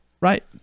Right